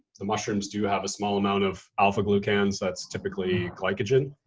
the mushrooms do have a small amount of alpha glucans. that's typically glycogen.